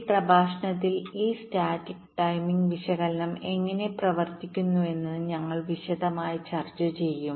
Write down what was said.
ഈ പ്രഭാഷണത്തിൽ ഈ സ്റ്റാറ്റിക് ടൈമിംഗ്വിശകലനം എങ്ങനെ പ്രവർത്തിക്കുന്നുവെന്ന് ഞങ്ങൾ വിശദമായി ചർച്ച ചെയ്യും